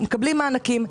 מקבלים מענקים,